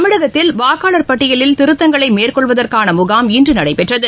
தமிழகத்தில் வாக்காளர் பட்டியலில் திருத்தங்களை மேற்கொள்வதற்கான முகாம் இன்று நடைபெற்றது